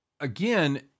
Again